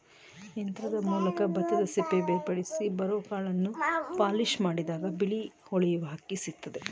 ಯಂತ್ರದ ಮೂಲಕ ಭತ್ತದಸಿಪ್ಪೆ ಬೇರ್ಪಡಿಸಿ ಬರೋಕಾಳನ್ನು ಪಾಲಿಷ್ಮಾಡಿದಾಗ ಬಿಳಿ ಹೊಳೆಯುವ ಅಕ್ಕಿ ಸಿಕ್ತದೆ